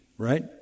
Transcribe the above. Right